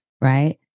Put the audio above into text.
right